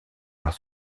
par